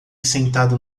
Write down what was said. sentado